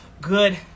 good